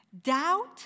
doubt